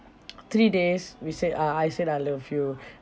three days we say ah I said I love you